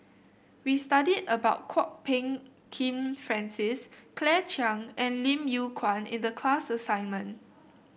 we studied about Kwok Peng Kin Francis Claire Chiang and Lim Yew Kuan in the class assignment